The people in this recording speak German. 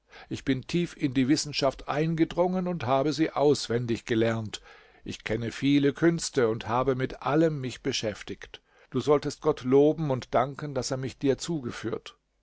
ich bin tief in die wissenschaft eingedrungen und habe sie auswendig gelernt ich kenne viele künste und habe mit allem mich beschäftigt du solltest gott loben und danken daß er mich dir zugeführt